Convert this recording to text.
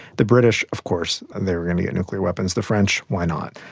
the british, of course they were going to get nuclear weapons, the french, why not.